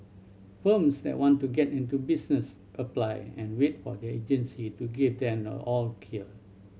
firms that want to get into business apply and wait for the agency to give them the all clear